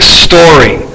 story